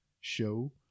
show